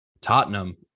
Tottenham